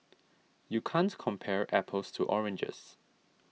you can't compare apples to oranges